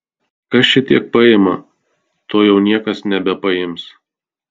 kas šitiek paima to jau niekas nebepaims